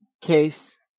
case